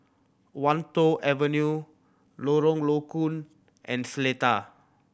Wan Tho Avenue Lorong Low Koon and Seletar